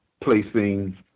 placing